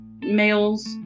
males